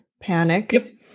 panic